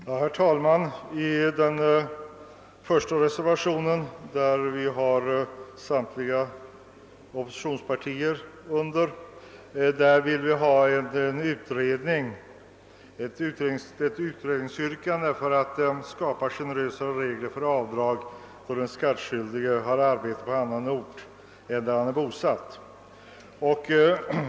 Herr talman! I reservation 1, bakom vilken står samtliga oppositionspartier, önskar vi att utskottet tillstyrker bifall till ett motionsyrkande om utredning av och förslag till generösare avdragsregler då den skattskyldige har arbete på annan ort än där han är bosatt.